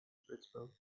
pittsburgh